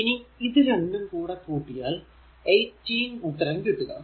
ഇനി ഇത് രണ്ടും കൂടെ കൂട്ടിയാൽ 18 ഉത്തരം കിട്ടുക